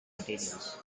materials